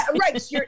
right